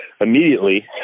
immediately